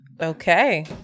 Okay